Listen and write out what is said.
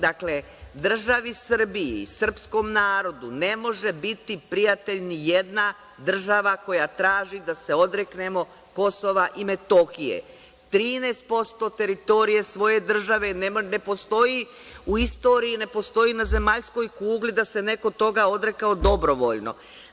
Dakle, državi Srbiji, srpskom narodu ne može biti prijatelj nijedna država koja traži da se odreknemo KiM, 13% teritorije svoje države, ne postoji u istoriji, ne postoji na zemaljskoj kugli da se neko toga odrekao dobrovoljno.